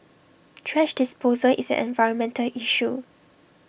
thrash disposal is an environmental issue